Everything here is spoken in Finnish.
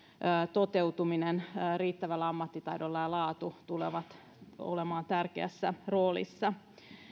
toteutuminen riittävällä ammattitaidolla ja laatu tulevat olemaan tärkeässä roolissa